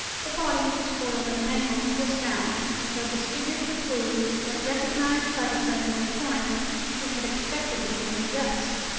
the body, despoiled and mangled, was found, and though disfigured with wounds, was recognized by the friend in corinth who had expected him as a guest.